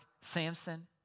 Samson